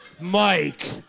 Mike